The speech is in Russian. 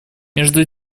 между